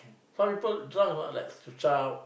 some people drunk ah like shout